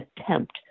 attempt